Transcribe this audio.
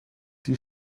die